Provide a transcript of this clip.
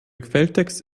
quelltext